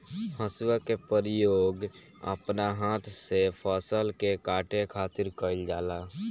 हसुआ के प्रयोग अपना हाथ से फसल के काटे खातिर कईल जाला